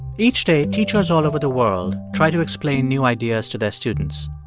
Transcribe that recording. each day, teachers all over the world try to explain new ideas to their students.